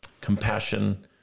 compassion